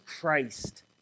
Christ